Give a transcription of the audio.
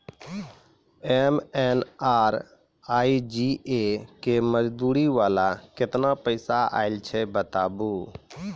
MNREGA के मज़दूरी वाला केतना पैसा आयल छै बताबू?